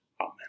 Amen